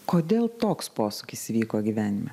kodėl toks posūkis įvyko gyvenime